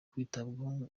kwitabwaho